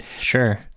sure